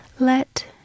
let